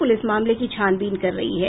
police मामले की छानबीन कर रही है